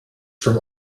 from